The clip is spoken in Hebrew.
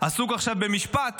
עסוק עכשיו במשפט